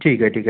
ठीक आहे ठीक आहे